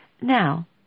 Now